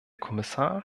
kommissar